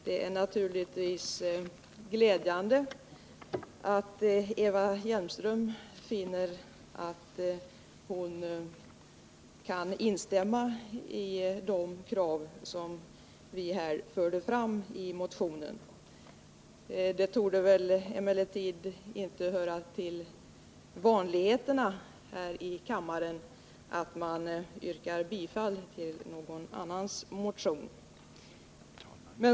Det är naturligtvis glädjande att Eva Hjelmström finner att hon kan instämma i de krav som vi fört fram i motionen. Det torde emellertid inte höra till vanligheten här i kammaren att man yrkar bifall till någon annans motion.